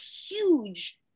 huge